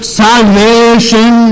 salvation